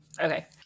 Okay